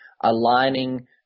aligning